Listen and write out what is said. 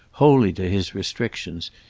wholly to his restrictions,